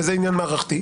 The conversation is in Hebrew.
וזה עניין מערכתי,